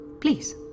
please